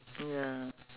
mm ya